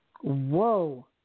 Whoa